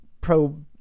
pro